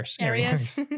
areas